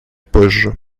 позже